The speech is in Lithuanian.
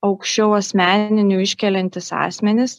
aukščiau asmeninių iškeliantys asmenys